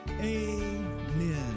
Amen